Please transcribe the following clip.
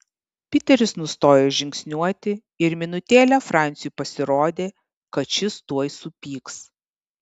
piteris nustojo žingsniuoti ir minutėlę franciui pasirodė kad šis tuoj supyks